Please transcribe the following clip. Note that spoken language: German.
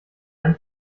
einen